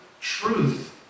truth